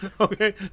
Okay